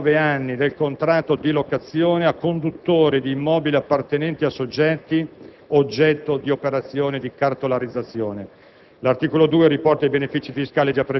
riconosce il diritto al rinnovo per 9 anni del contratto di locazione a conduttori di immobili appartenenti a soggetti oggetto di operazioni di cartolarizzazione.